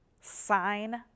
sign